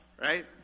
Right